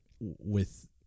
with-